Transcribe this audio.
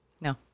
No